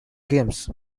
games